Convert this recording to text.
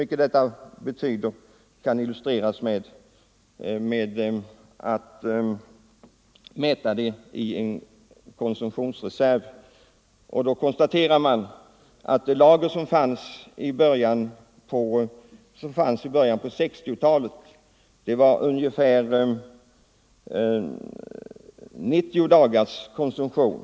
Vad detta betyder kan illustreras med några andra siffror. Man kan då konstatera att den samlade globala livsmedelsreserven i början av 1960-talet motsvarade 90 dagars konsumtion.